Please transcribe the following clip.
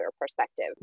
perspective